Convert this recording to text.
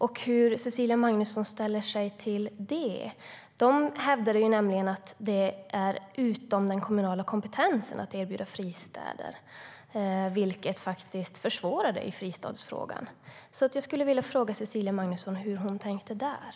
Hur ställer sig Cecilia Magnusson till det? De hävdade nämligen att det ligger utom den kommunala kompetensen att erbjuda fristäder, vilket faktiskt försvårade i fristadsfrågan. Jag skulle alltså vilja fråga Cecilia Magnusson vad hon tänker om det.